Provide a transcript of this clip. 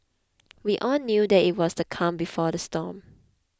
we all knew that it was the calm before the storm